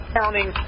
counting